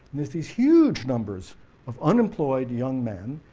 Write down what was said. there's these huge numbers of unemployed young men,